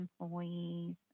employees